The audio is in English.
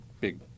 big